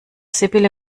sibylle